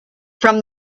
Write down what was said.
from